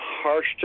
harsh